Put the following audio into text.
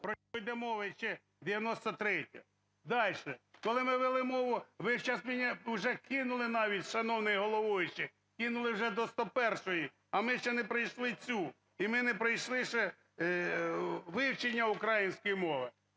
про що йде мова ще 93-я. Дальше. Коли ми вели мову, ви зараз мене уже кинули навіть, шановний головуючий, кинули вже до 101-ї, а ми ще не пройшли цю. І ми не пройшли ще вивчення української мови.